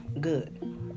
good